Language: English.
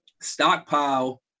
stockpile